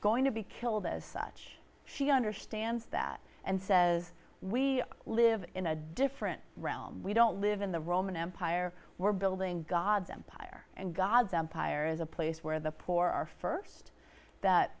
going to be killed as such she understands that and says we live in a different realm we don't live in the roman empire we're building god's empire and god's empire is a place where the poor are st that